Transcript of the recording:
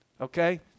okay